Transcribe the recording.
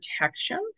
protection